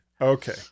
Okay